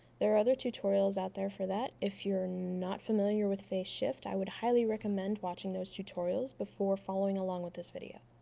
there are other tutorials out there for that if you're not familiar with faceshift i would highly recommend watching those tutorials before following along with this video.